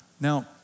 Now